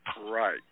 Right